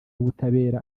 w’ubutabera